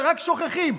ורק שוכחים,